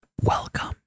Welcome